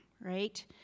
right